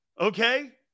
okay